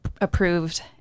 approved